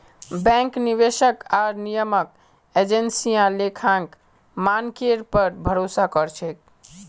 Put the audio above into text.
bank, निवेशक आर नियामक एजेंसियां लेखांकन मानकेर पर भरोसा कर छेक